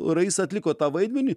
raisa atliko tą vaidmenį